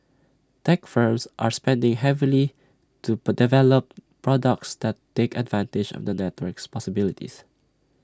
tech firms are spending heavily to develop products that take advantage of the network's possibilities